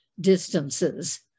distances